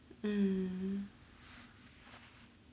um